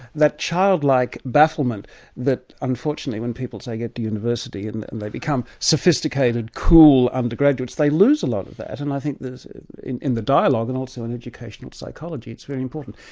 that childlike bafflement that unfortunately when people say, get to university and and they become sophisticated, cool undergraduates, they lose a lot of that, and i think in in the dialogue and also in educational psychology, it's very important.